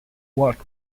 worked